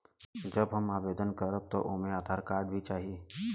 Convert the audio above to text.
जब हम आवेदन करब त ओमे आधार कार्ड भी चाही?